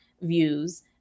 views